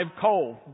coal